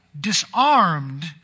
Disarmed